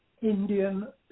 Indian